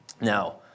Now